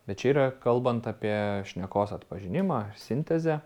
bet čia yra kalbant apie šnekos atpažinimą ir sintezę